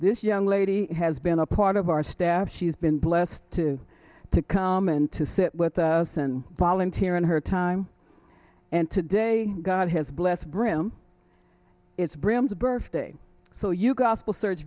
this young lady has been a part of our staff she's been blessed to to come and to sit with us and volunteer in her time and today god has blessed brim it's brims birthday so you gospel search